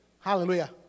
Hallelujah